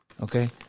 okay